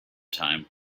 time